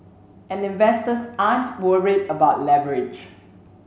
and investors aren't worried about leverage